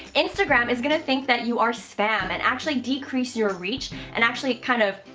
instagram is going to think that you are spam and actually decrease your reach, and actually kind of.